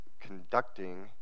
conducting